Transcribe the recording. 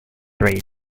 rate